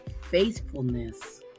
faithfulness